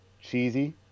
cheesy